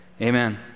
Amen